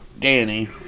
Danny